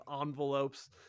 envelopes